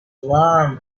warm